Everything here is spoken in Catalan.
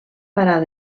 parar